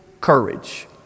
courage